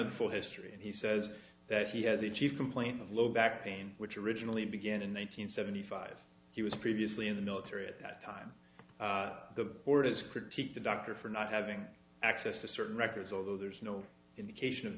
the full history and he says that he had the chief complaint of low back pain which originally began in one nine hundred seventy five he was previously in the military at that time the board is critiqued the doctor for not having access to certain records although there's no indication of